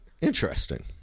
Interesting